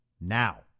now